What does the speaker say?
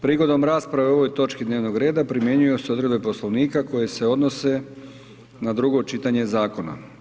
Prigodom rasprave o ovoj točci dnevnog reda, primjenjuju se odredbe poslovnika, koje se odnose na drugo čitanje zakona.